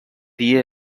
dia